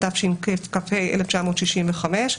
התשכ"ה-1965".